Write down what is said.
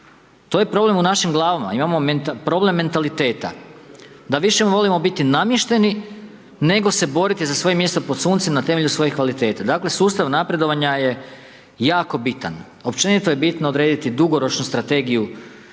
To je problem u našim glavama, imamo problem mentaliteta. Da više volimo biti namješteni nego se boriti za svoje mjesto pod suncem na temelju svoje kvalitete. Dakle sustav napredovanja je jako bitan, općenito je bitno odrediti dugoročnu strategiju